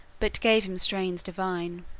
but gave him strains divine.